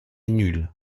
nul